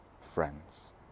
friends